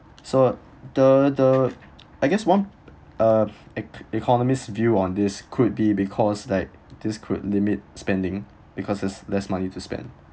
so the the I guess one uh ec~ economist view on this could be because like this could limit spending because it's less money to spend